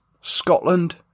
Scotland